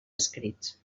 escrits